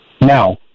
Now